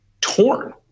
torn